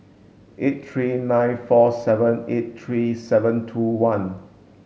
eight three nine four seven eight three seven two one